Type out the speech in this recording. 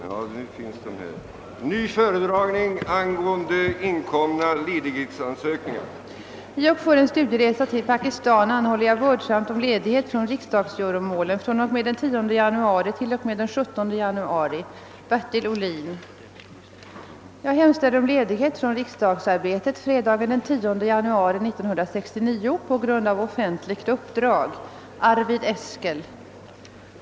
Herr ålderspresident, ärade kammarledamöter! Å egna vägnar såsom nyvald talman samt å herrar vice talmäns vägnar ber jag att få tacka för det förtroende som talmansvalen innebär för oss. I och för en studieresa till Pakistan anhåller jag vördsamt om ledighet från riksdagsgöromålen från och med den 10 januari till och med den 17 januari. Jag hemställer om ledighet från riksdagsarbetet fredagen den 10 januari 1969 på grund av offentligt uppdrag.